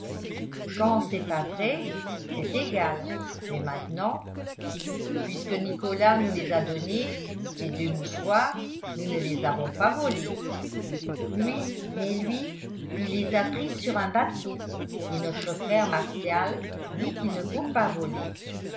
quand c'est pas vrai c'est égal mais maintenant puisque nicolas nous les a donnés ces deux mouchoirs nous ne les avons pas volés oui mais lui il les a pris sur un bateau et notre frère martial dit qu'il ne faut pas voler